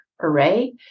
array